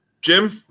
Jim